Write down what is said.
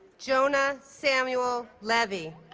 jonah samuel levy